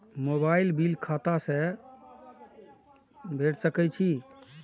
Mobile bill खाता से भेड़ सके छि?